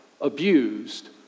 abused